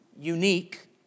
unique